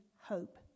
hope